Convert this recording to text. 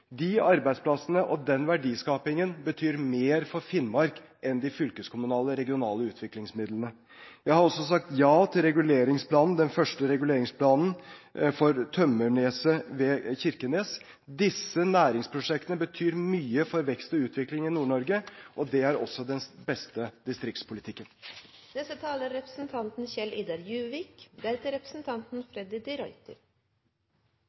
den verdiskapingen betyr mer for Finnmark enn de fylkeskommunale og regionale utviklingsmidlene. Jeg har også sagt ja til den første reguleringsplanen for Tømmerneset ved Kirkenes. Disse næringsprosjektene betyr mye for vekst og utvikling i Nord-Norge – og det er også den beste distriktspolitikken. Både representanten